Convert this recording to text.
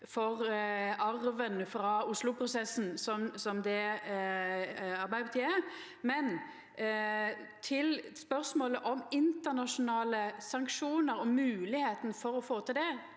for arven frå Oslo-prosessen som det Arbeidarpartiet er. Til spørsmålet om internasjonale sanksjonar og moglegheita for å få til det: